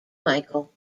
michael